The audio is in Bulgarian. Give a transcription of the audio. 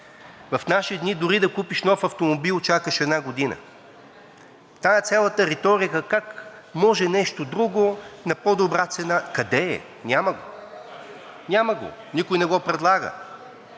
В наши дни дори да купиш нов автомобил чакаш една година. Тази цялата риторика как може нещо друго на по-добра цена – къде е? Няма го, никой не го предлага.